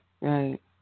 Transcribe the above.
Right